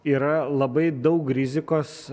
yra labai daug rizikos